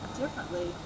differently